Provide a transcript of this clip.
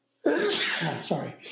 Sorry